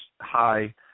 high